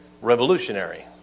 revolutionary